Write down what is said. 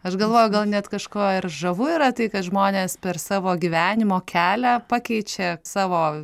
aš galvoju gal net kažko ir žavu yra tai kad žmonės per savo gyvenimo kelią pakeičia savo